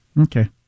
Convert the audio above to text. Okay